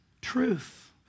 truth